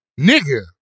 Nigga